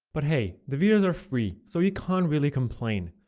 but hey, the videos are free, so you can't really complain.